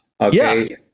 okay